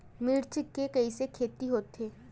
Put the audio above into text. मिर्च के कइसे खेती होथे?